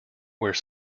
where